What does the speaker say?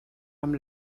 amb